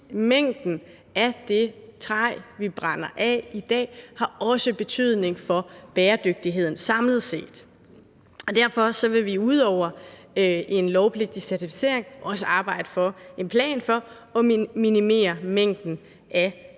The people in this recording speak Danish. mængden af det træ, vi brænder af i dag, også har betydning for bæredygtigheden samlet set. Derfor vil vi ud over en lovpligtig certificering også arbejde for en plan for at minimere mængden af